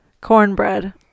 cornbread